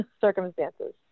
circumstances